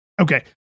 okay